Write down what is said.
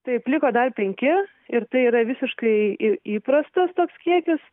taip liko dar penki ir tai yra visiškai įprastas toks kiekis